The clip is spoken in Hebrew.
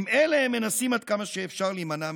עם אלה הם מנסים להימנע עד כמה שאפשר מעימות.